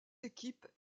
équipes